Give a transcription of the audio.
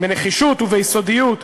בנחישות וביסודיות,